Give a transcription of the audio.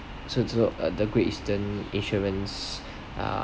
so so so the Great Eastern insurance